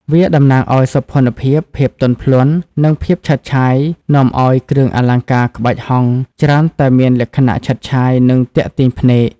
វាតំណាងឱ្យ សោភ័ណភាព ភាពទន់ភ្លន់ និង ភាពឆើតឆាយនាំឲ្យ គ្រឿងអលង្ការក្បាច់ហង្សច្រើនតែមានលក្ខណៈឆើតឆាយ និងទាក់ទាញភ្នែក។